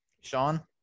Sean